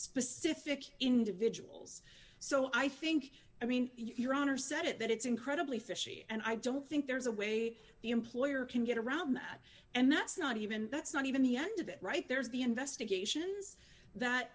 specific individuals so i think i mean your honor said it that it's incredibly fishy and i don't think there's a way the employer can get around that and that's not even that's not even the end of it right there is the investigations that